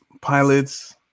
pilots